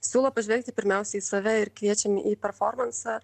siūlo pažvelgti pirmiausiai į save ir kviečiam į performansą